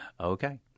okay